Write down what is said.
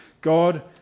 God